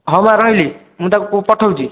ହଁ ହଉ ମା' ରହିଲି ମୁଁ ତାକୁ ପଠାଉଛି